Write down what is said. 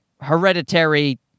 hereditary